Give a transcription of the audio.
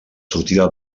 sortida